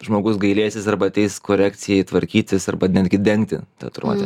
žmogus gailėsis arba ateis korekcijai tvarkytis arba netgi dengti tatuiruotę